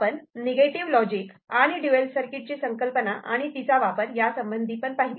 आपण negative logic आणि dual circuit ची संकल्पना आणि तिचा वापर यासंबंधी पाहिले